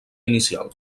inicial